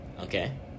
Okay